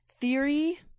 theory